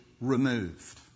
removed